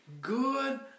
good